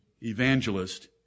evangelist